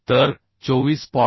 तर 24